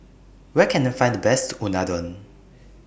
Where Can I Find The Best Unadon